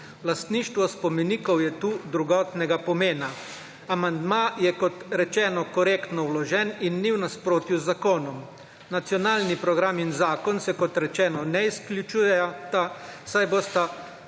Lastništvo spomenikov je tukaj drugotnega pomena. Amandma je kot rečeno korektno vložen in ni v nasprotju z zakonom. Nacionalni program in zakon se kot rečeno ne izključujeta, saj bosta